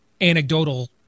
anecdotal